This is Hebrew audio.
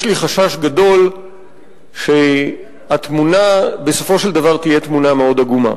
יש לי חשש גדול שהתמונה בסופו של דבר תהיה תמונה מאוד עגומה.